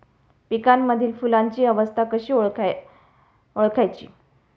पिकांमधील फुलांची अवस्था कशी ओळखायची?